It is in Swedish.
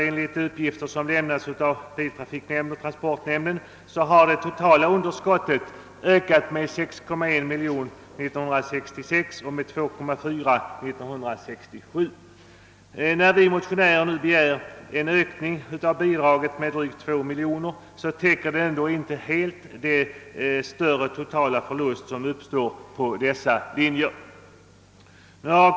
Enligt uppgifter från biltrafiknämnden och transportnämnden har det stigit med 6,1 miljoner kronor år 1966 och med 2,4 miljoner år 1967. Den ökning av bidraget med drygt 2 miljoner kronor som vi motionärer nu begär täcker alltså inte helt den ökning av den totala för lust som uppstår på dessa linjer under nämnda år.